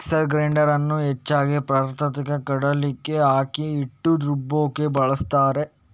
mixer grinder ಅನ್ನು ಹೆಚ್ಚಾಗಿ ಪದಾರ್ಥಕ್ಕೆ ಕಡೀಲಿಕ್ಕೆ, ಅಕ್ಕಿ ಹಿಟ್ಟು ರುಬ್ಲಿಕ್ಕೆ ಬಳಸ್ತಾರೆ